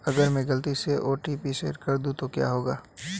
अगर मैं गलती से ओ.टी.पी शेयर कर दूं तो क्या होगा?